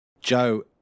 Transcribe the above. Joe